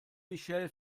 michelle